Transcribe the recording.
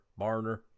Barner